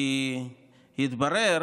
כי התברר